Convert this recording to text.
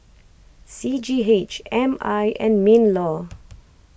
C G H M I and MinLaw